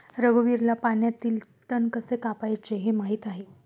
रघुवीरला पाण्यातील तण कसे कापायचे हे माहित आहे